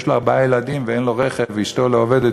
לו ארבעה ילדים ואין לו רכב ואשתו לא עובדת,